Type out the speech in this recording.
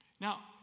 Now